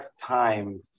time